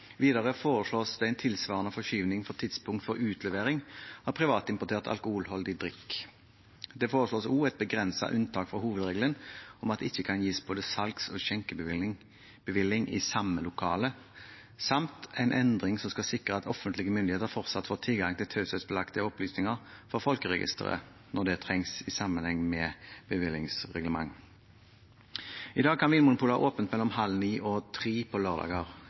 Videre foreslås det en tilsvarende forskyvning for tidspunkt for utlevering av privatimportert alkoholholdig drikk. Det foreslås også et begrenset unntak fra hovedregelen om at det ikke kan gis både salgs- og skjenkebevilling i samme lokale, samt en endring som skal sikre at offentlige myndigheter fortsatt får tilgang til taushetsbelagte opplysninger fra Folkeregisteret når det trengs, i sammenheng med bevillingsreglement. I dag kan Vinmonopolet ha åpent mellom kl. 8.30 og 15 på